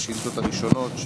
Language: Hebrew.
לשאילתות הראשונות,